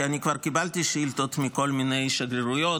כי אני כבר קיבלתי שאילתות מכל מיני שגרירויות,